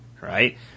right